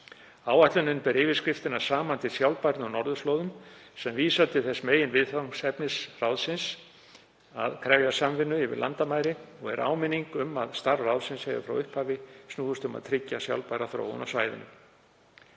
Áætlunin ber yfirskriftina Saman til sjálfbærni á norðurslóðum, sem vísar til þess að meginviðfangsefni ráðsins krefjast samvinnu yfir landamæri og er áminning um að starf ráðsins hefur frá upphafi snúist um að tryggja sjálfbæra þróun á svæðinu.